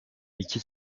i̇ki